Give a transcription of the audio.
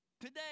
Today